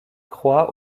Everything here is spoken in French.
croix